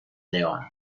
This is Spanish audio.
león